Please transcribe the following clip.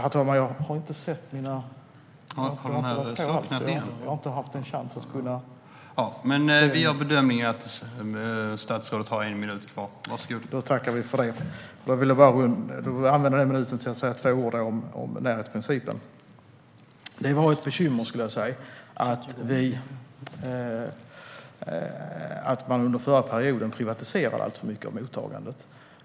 Låt mig säga ett par ord om närhetsprincipen. Det var ett bekymmer att alltför mycket av mottagandet privatiserades under förra perioden.